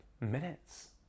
minutes